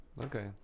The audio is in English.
Okay